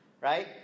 right